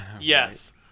Yes